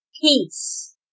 Peace